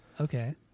Okay